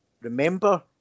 remember